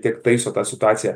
tiek taiso tą situaciją